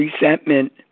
resentment